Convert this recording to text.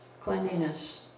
cleanliness